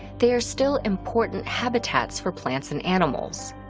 they are still important habitats for plants and animals.